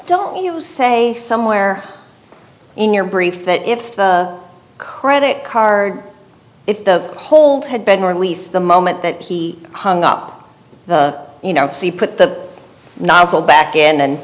don't you say somewhere in your brief that if the credit card if the hold had been released the moment that he hung up the you know put the nozzle back in and